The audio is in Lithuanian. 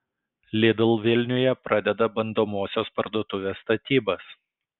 lidl vilniuje pradeda bandomosios parduotuvės statybas